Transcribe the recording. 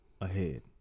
ahead